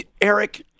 Eric